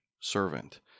servant